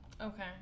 Okay